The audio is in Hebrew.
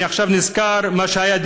אני עכשיו נזכר במה שהיה,